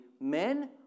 men